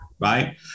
right